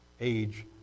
age